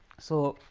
so,